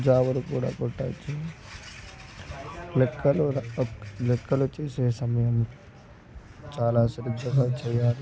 జాబులు కూడా కొట్టచ్చు లెక్కలు లెక్కలు చేసే సమయం చాలా శ్రద్ధగా చేయాలి